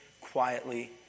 quietly